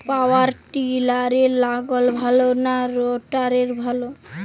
পাওয়ার টিলারে লাঙ্গল ভালো না রোটারের?